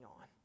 on